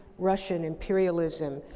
russian imperialism,